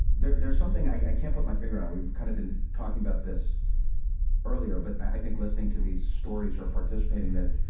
there's there's something i can't put my finger on. and we've kind of been talking about this earlier, but i think listening to these stories or participating, that,